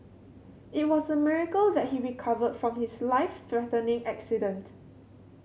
it was a miracle that he recovered from his life threatening accident